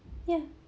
ya